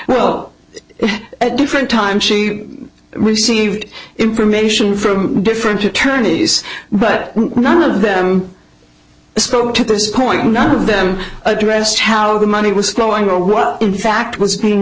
well at different times she received information from different attorneys but none of them spoke to this point and none of them addressed how the money was flowing or were in fact was being